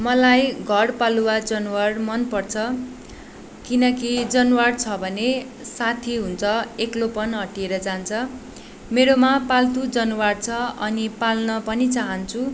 मलाई घर पालुवा जनावर मनपर्छ किनकि जनावर छ भने साथी हुन्छ एक्लोपन हटिएर जान्छ मेरोमा पाल्तु जनावार छ अनि पाल्न पनि चाहान्छु